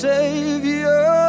Savior